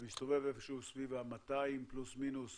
מסתובבת סביב ה-200 פלוס מינוס